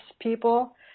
people